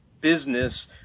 business